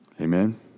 Amen